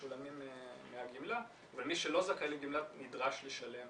משולמים מהגמלה אבל מי שלא זכאי לגמלה נדרש לשלם